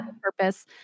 purpose